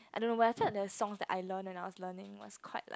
I don't know when I felt that song that I learn and I was learning I was quite like